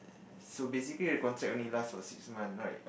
so basically the contract only last for six month right